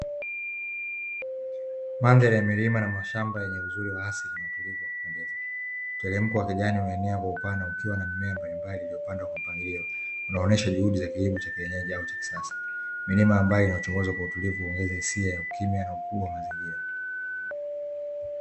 Mandhari ya milima na mashamba yenye uzuri wa asili ulio tulia na kupendeza, mteremko wa kijani umenea kwa upana ukiwa na mimea mbali mbali iliyo pandwa kwa mpangilio, unaonesha juhudi za kilimo cha kienyeji au cha kisasa. Milima ambayo inachomoza kwa utulivu inaongeza hisia ya ukimya na ukubwa wa mazingira.